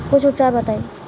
कुछ उपचार बताई?